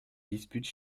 dispute